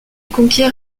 conquiert